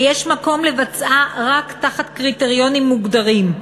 ויש מקום לבצעה רק תחת קריטריונים מוגדרים.